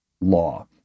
law